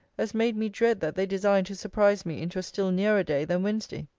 as made me dread that they designed to surprise me into a still nearer day than wednesday.